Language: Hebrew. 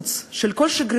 כי כל קיצוץ של כל שגרירות,